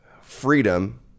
freedom